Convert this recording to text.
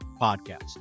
Podcast